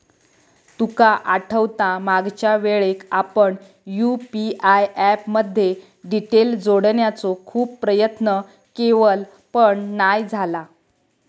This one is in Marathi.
तुका आठवता मागच्यावेळेक आपण यु.पी.आय ऍप मध्ये डिटेल जोडण्याचो खूप प्रयत्न केवल पण नाय झाला